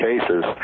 cases